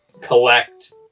collect